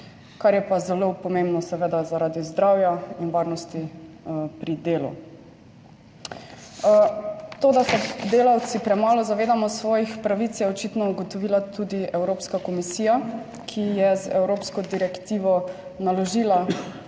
kar je pa zelo pomembno seveda zaradi zdravja in varnosti pri delu. To, da se delavci premalo zavedamo svojih pravic je očitno ugotovila tudi Evropska komisija, ki je z evropsko direktivo naložila